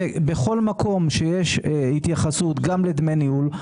בכל מקום שיש התייחסות לדמי ניהול,